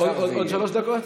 עוד שלוש דקות?